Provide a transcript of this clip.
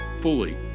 fully